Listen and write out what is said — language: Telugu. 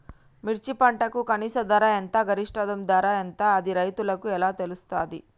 మిర్చి పంటకు కనీస ధర ఎంత గరిష్టంగా ధర ఎంత అది రైతులకు ఎలా తెలుస్తది?